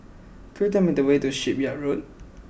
could you tell me the way to Shipyard Road